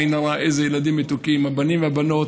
בלי עין הרע, איזה ילדים מתוקים, הבנים והבנות,